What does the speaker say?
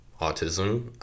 autism